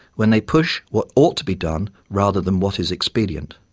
when they push what ought to be done rather than what is expedient,